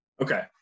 Okay